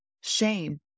shame